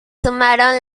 sumaron